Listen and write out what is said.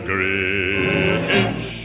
Grinch